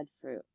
fruit